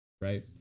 right